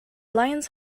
lions